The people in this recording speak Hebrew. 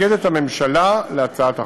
הממשלה מתנגדת להצעת החוק.